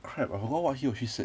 crap I forgot what he or she said